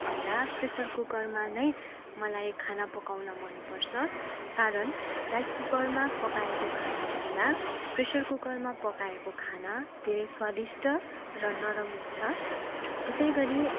भन्दा प्रेसर कुकरमा नै मलाई खाना पकाउन मन पर्छ कारण राइस कुकरमा पकाएको खानाभन्दा प्रेसर कुकरमा पकाएको खाना धेरै स्वादिष्ट र नरम हुन्छ त्यसै गरी